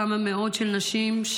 כמה מאות של נשים,